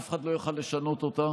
אף אחד לא יוכל לשנות אותה,